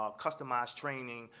um customized training,